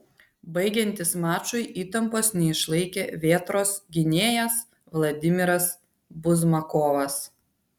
baigiantis mačui įtampos neišlaikė vėtros gynėjas vladimiras buzmakovas